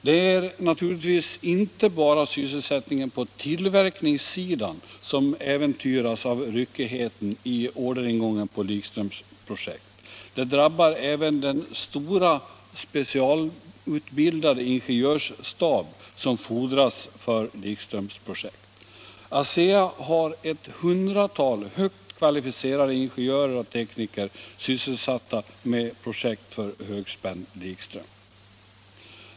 Det är naturligtvis inte bara sysselsättningen på tillverkningssidan som äventyras av ryckigheten i orderingången på likströmsprojekt. Det drabbar även den stora och specialutbildade ingenjörsstab som fordras för likströmsprojekt. ASEA har ett hundratal högt kvalificerade ingenjörer och tekniker sysselsatta med projekt för högspänd likström.